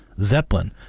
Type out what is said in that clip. Zeppelin